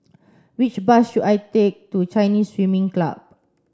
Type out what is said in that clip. which bus should I take to Chinese Swimming Club